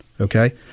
okay